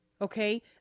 Okay